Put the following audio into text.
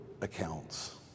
accounts